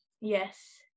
Yes